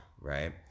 right